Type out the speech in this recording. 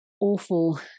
awful